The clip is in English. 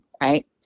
right